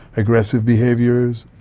aggressive behaviours,